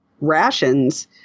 rations